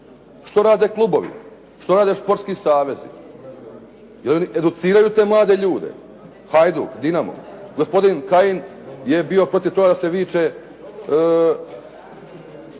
Što rade klubovi, što rade sportski savezi? Jel' oni educiraju te mlade ljude. Hajduk? Dinamo? Gospodin Kajin je bio protiv toga da se više